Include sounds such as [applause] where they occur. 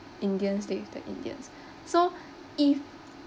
indians stay with the indians [breath] so if